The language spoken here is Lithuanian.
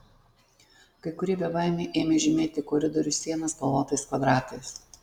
kai kurie bebaimiai ėmė žymėti koridorių sienas spalvotais kvadratais